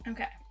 Okay